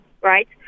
right